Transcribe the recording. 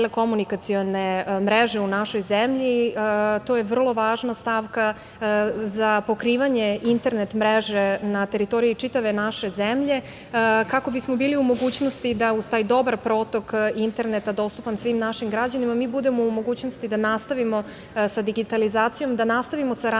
telekomunikacione mreže u našoj zemlji. To je vrlo važna stavka za pokrivanje internet mreže na teritoriji čitave naše zemlje, kako bismo bili u mogućnosti da uz taj dobar protok interneta dostupan svim našim građanima, mi budemo u mogućnosti da nastavimo sa digitalizacijom, da nastavimo sa razvojem